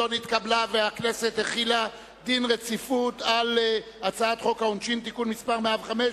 רצונה להחיל דין רציפות על הצעת חוק העונשין (תיקון מס' 105)